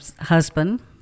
husband